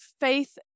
faith